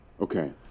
Okay